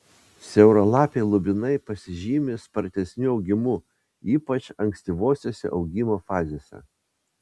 siauralapiai lubinai pasižymi spartesniu augimu ypač ankstyvosiose augimo fazėse